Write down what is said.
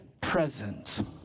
present